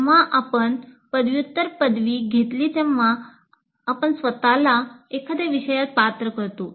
जेव्हा आपण पदव्युत्तर पदवी घेतली तेव्हा आपण स्वत ला एखाद्या विषयात पात्र करतो